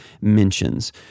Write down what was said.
mentions